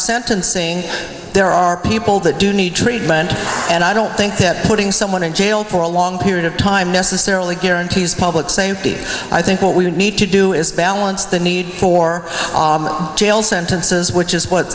sentencing there are people that do need treatment and i don't think that putting someone in jail for a long period of time necessarily guarantees public safety i think what we need to do is balance the need for jail sentences which is what